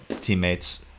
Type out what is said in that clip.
teammates